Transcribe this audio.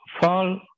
fall